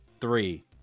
three